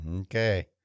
Okay